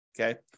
Okay